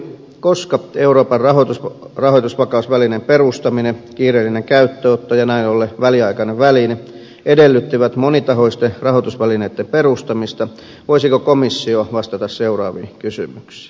koska euroopan rahoitusvakausvälineen perustaminen kiireellinen käyttöönotto ja näin ollen väliaikainen väline edellyttivät monitahoisten rahoitusvälineitten perustamista voisiko komissio vastata seuraaviin kysymyksiin